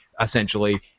essentially